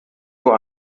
nur